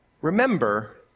Remember